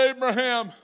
Abraham